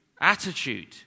attitude